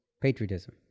Patriotism